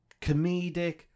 comedic